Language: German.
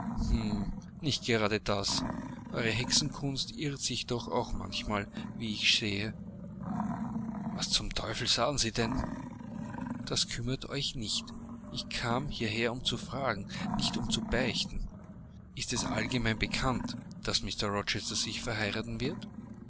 nicht gerade das eure hexenkunst irrt sich doch auch manchmal wie ich sehe was zum teufel sahen sie denn das kümmert euch nicht ich kam hierher um zu fragen nicht um zu beichten ist es allgemein bekannt daß mr rochester sich verheiraten wird